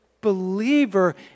believer